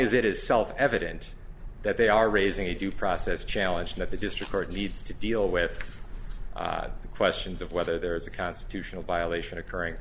as it is self evident that they are raising the due process challenge that the district court needs to deal with the questions of whether there is a constitutional violation occurring